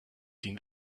seen